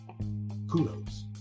Kudos